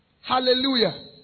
Hallelujah